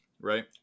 right